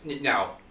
Now